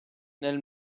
nel